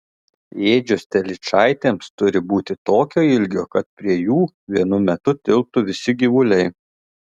ėdžios telyčaitėms turi būti tokio ilgio kad prie jų vienu metu tilptų visi gyvuliai